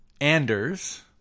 Anders